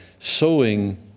Sowing